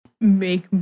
make